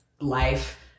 life